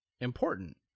important